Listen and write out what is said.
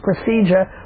procedure